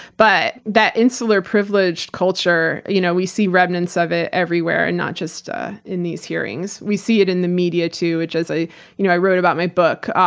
but, that insular privileged culture, you know we see remnants of it everywhere, and not just ah in these hearings. we see it in the media too, which as i you know i wrote about my book,